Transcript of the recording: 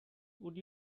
would